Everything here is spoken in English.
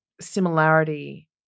similarity